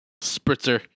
spritzer